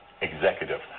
executive